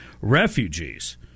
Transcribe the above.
refugees